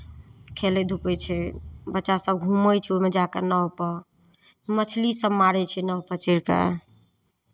खेलै धूपै छै बच्चासभ घूमै छै ओहिमे जाय कऽ नावपर मछलीसभ मारै छै नावपर चढ़ि कऽ